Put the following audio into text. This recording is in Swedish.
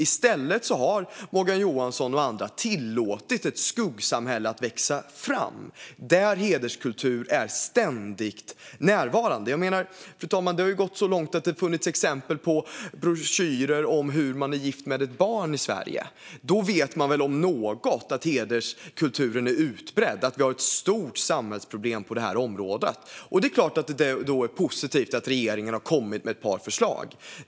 I stället har Morgan Johansson och andra tillåtit ett skuggsamhälle att växa fram, där hederskultur är ständigt närvarande. Det har ju gått så långt att det exempelvis funnits broschyrer om hur man är gift med ett barn i Sverige, fru talman! Då om någon gång vet man väl att hederskulturen är utbredd och att vi har ett stort samhällsproblem på det här området. Det är klart att det då är positivt att regeringen har kommit med ett par förslag.